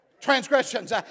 transgressions